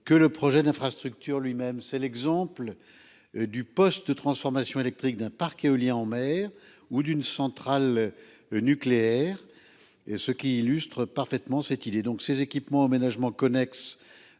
que le projet d'infrastructure lui-même c'est l'exemple. Du poste de transformation électrique d'un parc éolien en mer ou d'une centrale. Nucléaire et ce qui illustre parfaitement cette idée, donc ces équipements ou aménagements connexes